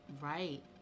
Right